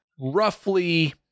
roughly